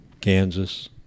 kansas